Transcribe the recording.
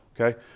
Okay